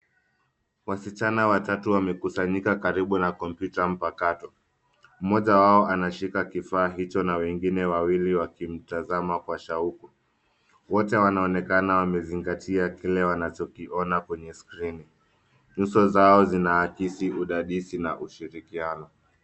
Wasichana watatu wamekusanyika karibu na kompyuta mpakato. Mmoja wao anashika kifaa hicho na wengine wawili wakimtazama kwa shauku. Wote wanonekana wanazingatia kile wanachokiona kwenye skrini. Nyuso zao zinaakisi udadisi na ushirikiano.